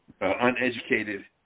uneducated